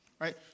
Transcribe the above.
Right